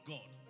God